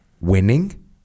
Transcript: winning